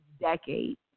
decade